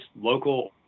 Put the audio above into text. local